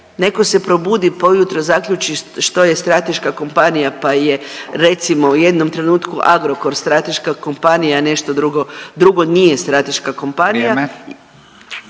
neko se probudi, pa ujutro zaključi što je strateška kompanija, pa je recimo u jednom trenutku Agrokor strateška kompanija, a nešto drugo, drugo nije strateška kompanija…/Upadica